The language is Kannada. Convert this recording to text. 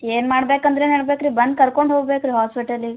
ಏನು ಮಾಡಬೇಕಂದ್ರೆ ಏನು ಹೇಳ್ಬೇಕು ರೀ ಬಂದು ಕರ್ಕೊಂಡು ಹೋಗ್ಬೇಕು ರೀ ಹಾಸ್ಪಿಟಲಿಗೆ